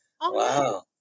Wow